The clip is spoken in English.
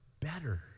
better